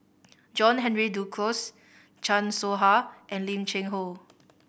John Henry Duclos Chan Soh Ha and Lim Cheng Hoe